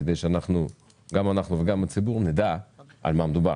כדי שגם אנחנו וגם הציבור נדע על מה מדובר.